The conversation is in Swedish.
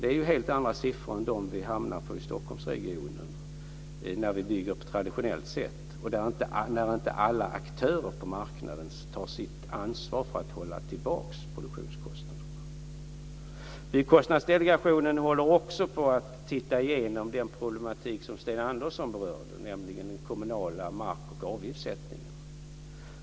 Det är helt andra siffror än dem vi hamnar på i Stockholmsregionen, när man bygger på traditionellt sätt och när inte alla aktörer på marknaden tar sitt ansvar för att hålla tillbaka produktionskostnaderna. Byggkostnadsdelegationen håller också på att titta igenom den problematik som Sten Andersson berörde, nämligen den kommunala mark och avgiftssättningen.